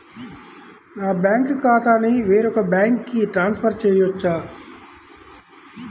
నా బ్యాంక్ ఖాతాని వేరొక బ్యాంక్కి ట్రాన్స్ఫర్ చేయొచ్చా?